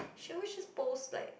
she always just post like